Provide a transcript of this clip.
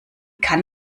kann